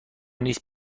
نیست